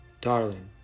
Darling